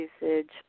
usage